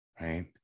right